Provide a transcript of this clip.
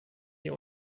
die